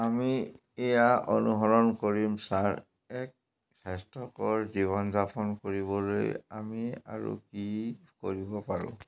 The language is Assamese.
আমি এয়া অনুসৰণ কৰিম ছাৰ এক স্বাস্থ্যকৰ জীৱন যাপন কৰিবলৈ আমি আৰু কি কৰিব পাৰোঁ